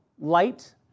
light